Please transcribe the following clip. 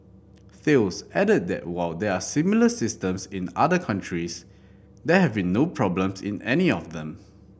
Thales added that while there are similar systems in other countries there have been no problems in any of them